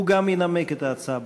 הוא גם ינמק את ההצעה.